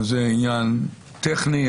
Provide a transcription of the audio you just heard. זה עניין טכני,